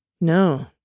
No